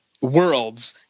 worlds